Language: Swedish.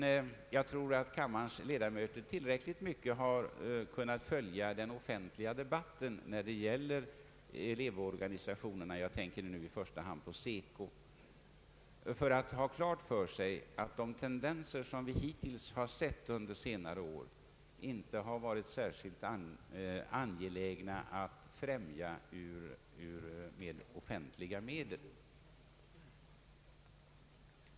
Jag tror dock att kammarens ledamöter tillräckligt mycket har kunnat följa den offentliga debatten om elevorganisationerna — jag tänker i första hand på SECO — för att ha klart för sig att de tendenser som vi under senare år har sett inte har varit särskilt angelägna att främja med offentliga medel.